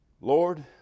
Lord